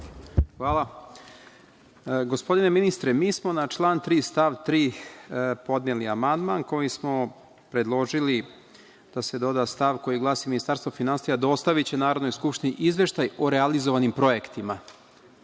Gospodine ministre, mi smo na član 3. stav 3. podneli amandman kojim smo predložili da se doda stav koji glasi: „Ministarstvo finansija dostaviće Narodnoj skupštini izveštaj o realizovanim projektima